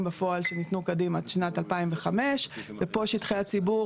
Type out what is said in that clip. בפועל שניתנו כדין עד שנת 2005. ופה שטחי הציבור,